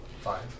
Five